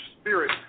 spirit